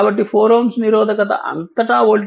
కాబట్టి 4 Ω నిరోధకత అంతటా వోల్టేజ్ v 4 i